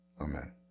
Amen